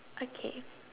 okay